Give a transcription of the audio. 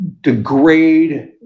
degrade